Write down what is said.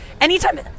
anytime